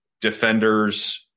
defender's